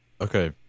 Okay